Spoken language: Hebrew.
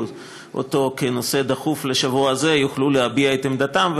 אותו כנושא דחוף לשבוע זה יוכלו להביע את עמדתם,